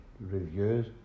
reviews